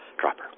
dropper